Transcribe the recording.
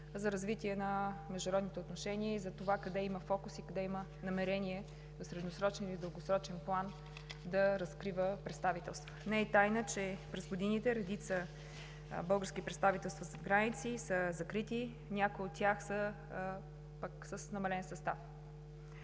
за развитие на международните отношения и за това къде има фокус и къде има намерение в средносрочен или дългосрочен план да разкрива представителства. Не е тайна, че през годините редица български представителства зад граница са закрити, а някои от тях са с намален състав.